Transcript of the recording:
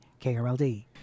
KRLD